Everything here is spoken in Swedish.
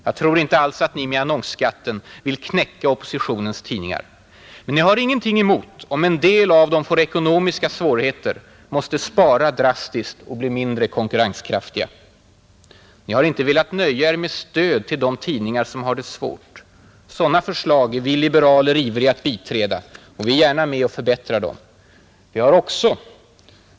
Jag tror inte alls att ni med annonsskatten vill knäcka oppositionens tidningar. Men ni har ingenting emot om en del av dem får ekonomiska svårigheter, måste spara drastiskt och blir mindre konkurrenskraftiga. Ni har inte velat nöja er med stöd till de tidningar som har det svårt; sådana förslag är vi liberaler ivriga att biträda, och vi är gärna med och förbättrar dem.